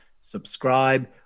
subscribe